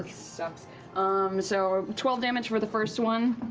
sucks. um so twelve damage for the first one,